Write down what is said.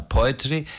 Poetry